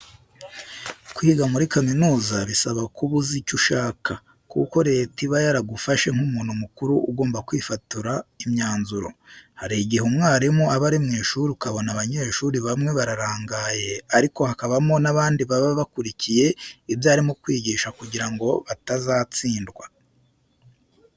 Kwiga muri kaminuza bisaba ko uba uzi icyo ushaka kuko Leta iba yaragufashe nk'umuntu mukuru ugomba kwifatira imyanzuro. Hari igihe umwarimu aba ari mu ishuri ukabona abanyeshuri bamwe bararangaye ariko hakabamo n'abandi baba bakurikiye ibyo arimo kwigisha kugira ngo batazatsindwa.